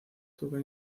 tocan